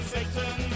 Satan